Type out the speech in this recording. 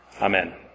Amen